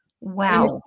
Wow